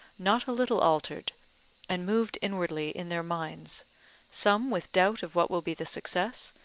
not a little altered and moved inwardly in their minds some with doubt of what will be the success,